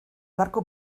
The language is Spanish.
barco